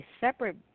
separate